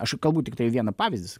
aš kalbu tiktai vieną pavyzdį sakykim